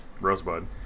Rosebud